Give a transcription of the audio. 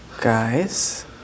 guys